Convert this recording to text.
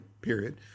period